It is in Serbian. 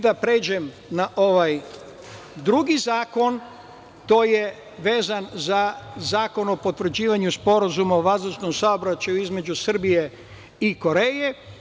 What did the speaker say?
Da pređem na drugi zakon, vezano za Zakon o potvrđivanju sporazuma o vazdušnom saobraćaju između Srbije i Koreje.